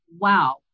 wow